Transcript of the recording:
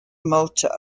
motto